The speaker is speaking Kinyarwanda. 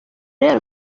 rero